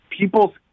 people's